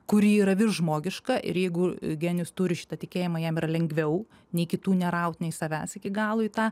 kuri yra vis žmogiška ir jeigu genijus turi šitą tikėjimą jam yra lengviau nei kitų neraut nei savęs iki galo į tą